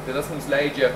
tai tas mums leidžia